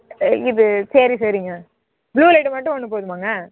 ஆ இது சரி சரிங்க ப்ளூ லெட் மட்டும் ஒன்று போதுமாங்க